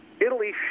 Italy